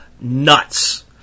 nuts